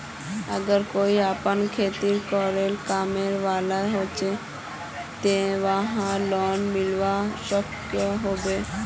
अगर कोई अपना घोरोत अकेला कमाने वाला होचे ते वाहक लोन मिलवा सकोहो होबे?